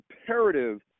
imperative